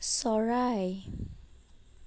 চৰাই